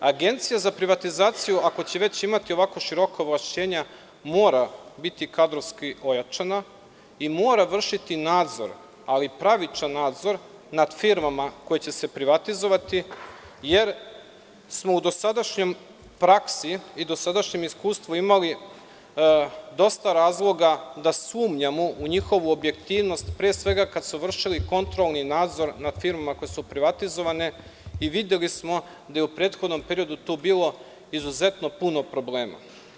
Agencija za privatizaciju, ako će već imati ovako široka ovlašćenja, mora biti kadrovski ojačana i mora vršiti nadzor, ali pravičan nadzor nad firmama koje će se privatizovati, jer smo u dosadašnjoj praksi i u dosadašnjem iskustvu imali dosta razloga da sumnjamo u njihovu objektivnost, pre svega kada su vršili kontrolni nadzor nad firmama koje su privatizovane i videli smo da je u prethodnom periodu tu bilo izuzetno puno problema.